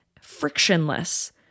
frictionless